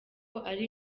ari